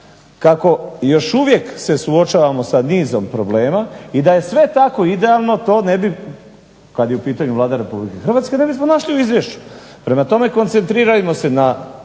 kako još uvijek se suočavamo sa nizom problema i da je sve tako idealno to ne bi, kada je u pitanju Vlada Republike Hrvatske da nismo našli u izvješću. Prema tome, koncentrirajmo se na